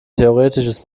theoretisches